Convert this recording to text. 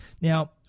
Now